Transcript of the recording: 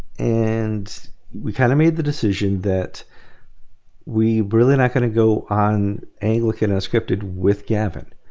and we kind of made the decision that we really not gonna go on anglican unscripted with gavin.